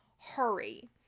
Hurry